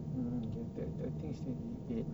hmm the the the thing is twenty eight